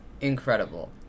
incredible